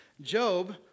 Job